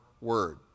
word